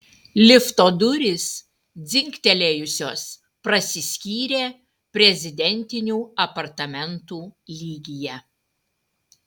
lifto durys dzingtelėjusios prasiskyrė prezidentinių apartamentų lygyje